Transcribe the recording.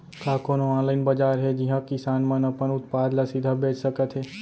का कोनो अनलाइन बाजार हे जिहा किसान मन अपन उत्पाद ला सीधा बेच सकत हे?